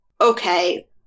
okay